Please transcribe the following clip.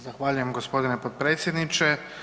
Zahvaljujem g. potpredsjedniče.